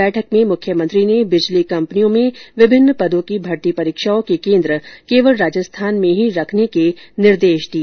बैठक में मुख्यमंत्री ने बिजली कम्पनियों में विभिन्न पदों की भर्ती परीक्षाओं के केन्द्र केवल राजस्थान में ही रखने के निर्देश दिए